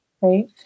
right